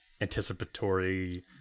Anticipatory